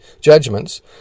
judgments